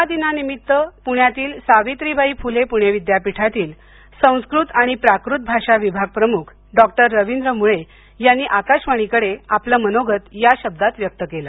या दिनानिमित्त पुण्यातील सावित्रीबाई फुले पुणे विद्यापीठातील संस्कृत आणि प्राकृत भाषा विभाग प्रमुख डॉक्टर रवींद्र मुळे यांनी आकाशवाणीकडे आपलं मनोगत या शब्दांत व्यक्त केलं